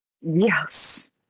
Yes